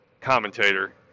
commentator